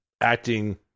acting